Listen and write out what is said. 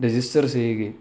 register ചെയ്യുകയും